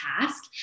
task